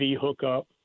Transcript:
hookup